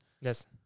Yes